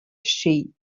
sheep